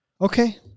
Okay